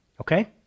Okay